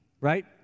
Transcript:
Right